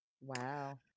wow